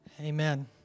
Amen